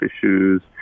issues